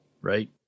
Right